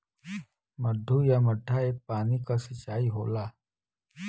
मड्डू या मड्डा एक पानी क सिंचाई होला